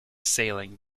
sailing